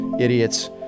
Idiots